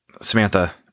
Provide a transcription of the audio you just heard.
Samantha